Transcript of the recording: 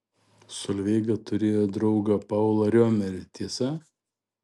solveiga turėjo draugą paulą riomerį tiesa